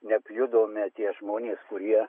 nepjudomi tie žmonės kurie